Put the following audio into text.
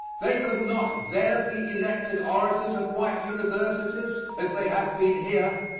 they could not there be elected orators of white universities, as they have been here,